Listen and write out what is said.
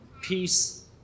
peace